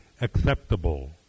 acceptable